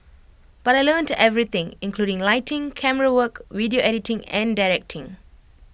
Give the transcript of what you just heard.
but I learnt everything including lighting camerawork video editing and directing